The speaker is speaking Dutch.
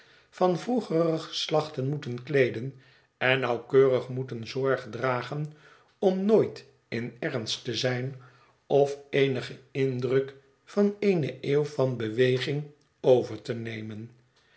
van vroegere geslachten moeten kleeden en nauwkeurig moeten zorg dragen om nooit in ernst te zijn of eenigen indruk van eene eeuw van beweging over te nemen